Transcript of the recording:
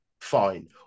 Fine